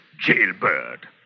jailbird